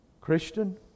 Christian